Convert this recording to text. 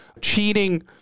Cheating